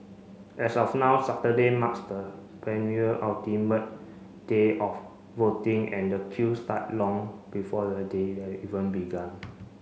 as of now Saturday marks the day of voting and the queue start long before the day a even began